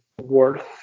worth